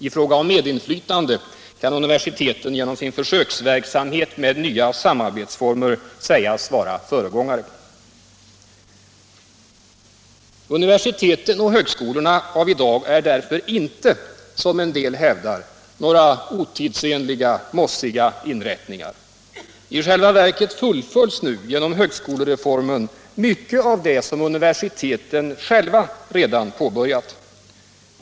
I fråga om medinflytande kan universiteten genom sin försöksverksamhet med nya samarbetsformer sägas vara föregångare. Universiteten och högskolorna av i dag är därför inte, som en del hävdar, några otidsenliga, mossiga inrättningar. I själva verket fullföljs nu genom högskolereformen mycket av det som universiteten själva redan påbörjat.